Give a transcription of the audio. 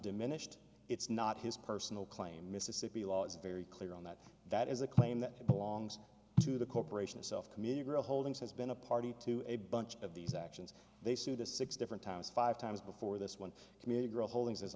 diminished it's not his personal claim mississippi law is very clear on that that is a claim that belongs to the corporation itself community holdings has been a party to a bunch of these actions they sued the six different times five times before this one community holdings is